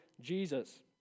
Jesus